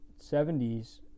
70s